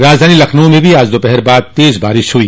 राजधानी लखनऊ में भी आज दोपहर बाद तेज बारिश हुई